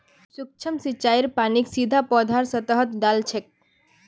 सूक्ष्म सिंचाईत पानीक सीधा पौधार सतहत डा ल छेक